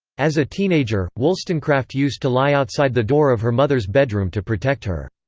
as a teenager, wollstonecraft used to lie outside the door of her mother's bedroom to protect her.